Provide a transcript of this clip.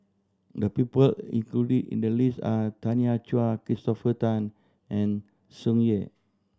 the people included in the list are Tanya Chua Christopher Tan and Tsung Yeh